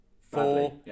four